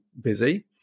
busy